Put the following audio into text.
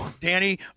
Danny